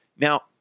Now